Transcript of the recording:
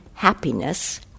happiness